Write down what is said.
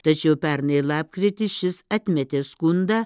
tačiau pernai lapkritį šis atmetė skundą